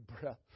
breath